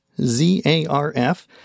Z-A-R-F